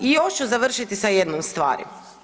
I još ću završiti sa jednom stvari.